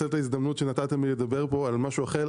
לנצל דווקא את ההזדמנות שנתתם לי ולדבר פה על משהו אחר,